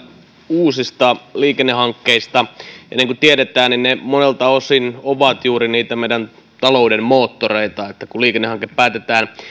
uusista liikennehankkeista ja niin kuin tiedetään ne ne monilta osin ovat juuri niitä meidän taloutemme moottoreita kun liikennehanke päätetään